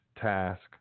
task